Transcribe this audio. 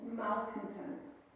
malcontents